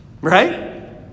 right